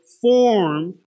formed